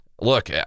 Look